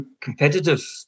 competitive